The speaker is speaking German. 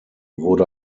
wurde